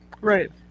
Right